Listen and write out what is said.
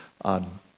on